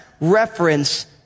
reference